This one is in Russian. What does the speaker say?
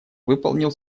выполнил